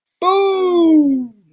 boom